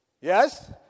Yes